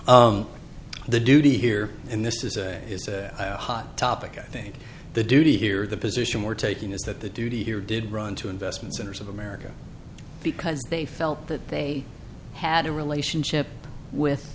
the duty here and this is a hot topic i think the duty here the position we're taking is that the duty here did run to investments in terms of america because they felt that they had a relationship with